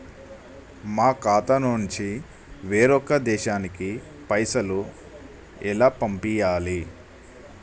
మా ఖాతా నుంచి వేరొక దేశానికి పైసలు ఎలా పంపియ్యాలి?